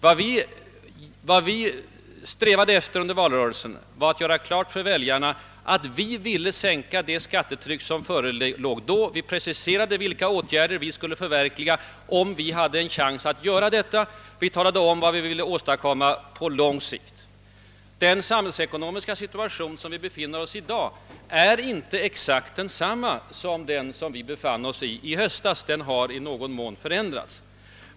Vad högerpartiet strävade efter under valrörelsen var att göra klart för väljarna att vi ville sänka det skattetryck som förelåg då. Om vad som skulle ske efter den 1 januari visste vi ingenting med säkerhet. Vi preciserade de åtgärder vi skulle vidtaga om vi fick en chans att göra det. Vi talade också om vad vi ville åstadkomma på lång sikt. Den samhällsekonomiska situationen i dag är inte densamma som i höstas.